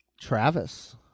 Travis